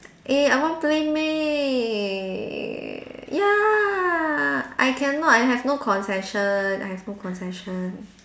eh I want PlayMade ya I cannot I have no concession I have no concession